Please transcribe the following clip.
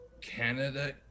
Canada